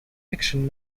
fiction